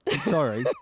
Sorry